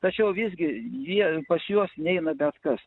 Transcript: tačiau visgi jie pas juos neina bet kas